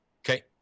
Okay